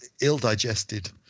ill-digested